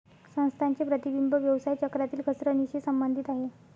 संस्थांचे प्रतिबिंब व्यवसाय चक्रातील घसरणीशी संबंधित आहे